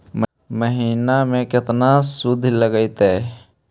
महिना में केतना शुद्ध लगतै?